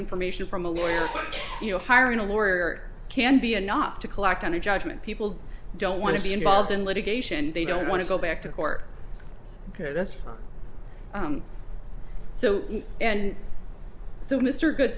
information from a lawyer you know hiring a lawyer can be enough to collect on a judgment people don't want to be involved in litigation and they don't want to go back to court because that's from so and so mr good